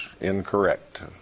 incorrect